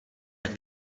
jak